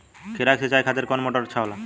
खीरा के सिचाई खातिर कौन मोटर अच्छा होला?